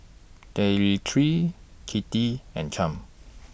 Demetri Kitty and Champ